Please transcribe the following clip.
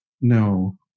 no